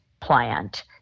plant